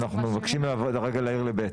אנחנו מבקשים רגע להעיר לסעיף (ב),